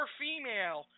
female